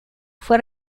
fue